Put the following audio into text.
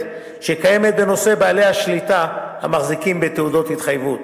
שקיימת בנושא בעלי השליטה המחזיקים בתעודות התחייבות,